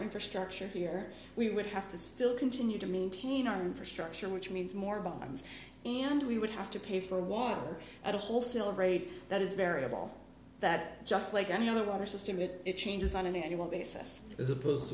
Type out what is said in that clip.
infrastructure here we would have to still continue to maintain our infrastructure which means more bombs and we would have to pay for water at a whole celebrate that is variable that just like any other water system would it changes on an annual basis as opposed